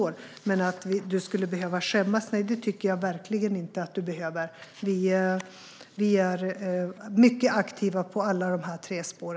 Men när det gäller att du skulle behöva skämmas tycker jag verkligen inte det. Vi är mycket aktiva på alla dessa tre spår.